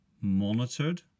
monitored